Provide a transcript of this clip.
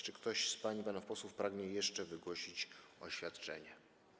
Czy ktoś z pań i panów posłów pragnie jeszcze wygłosić oświadczenie?